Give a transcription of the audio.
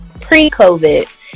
pre-COVID